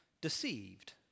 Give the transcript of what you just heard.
deceived